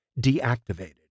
deactivated